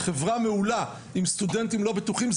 חברה מעולה עם סטודנטים לא בטוחים,